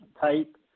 type